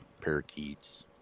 parakeets